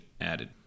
added